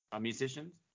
musicians